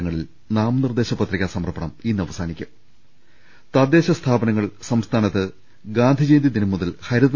ലങ്ങളിൽ നാമനിർദ്ദേശപത്രികാ സമർപ്പണം ഇന്ന് അവസാനിക്കും തദ്ദേശ സ്ഥാപനങ്ങൾ സംസ്ഥാനത്ത് ഗാന്ധി ജയന്തി ദിനം മുതൽ ഹരിത